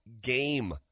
game